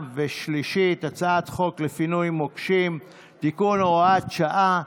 הצעת חוק לפינוי מוקשים (תיקון, הוראת שעה),